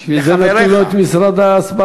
בשביל זה נתנו לו את משרד ההסברה.